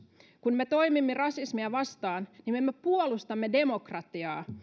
kun me toimimme rasismia vastaan niin me me puolustamme demokratiaa